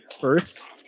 first